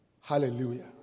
Hallelujah